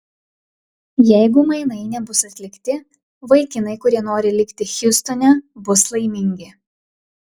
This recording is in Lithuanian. jeigu mainai nebus atlikti vaikinai kurie nori likti hjustone bus laimingi